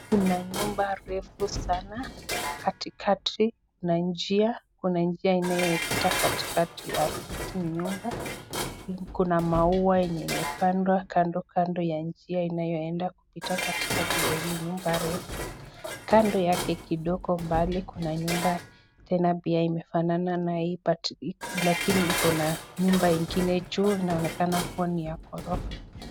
Kuna nyumba refu sana katikati na njia kuna njia inayopita katikati ya hiki nyumba. Kuna maua yenye imepandwa kando kando ya njia inayoenda kupita katikati ya ile nyumba refu. Kando yake kidogo mbali kuna nyumba tena pia imefanana na hii (cs) but(cs)lakini Iko na nyumba ingine juu inaonekana kuwa ni ya ghorofa.